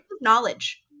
Knowledge